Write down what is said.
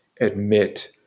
admit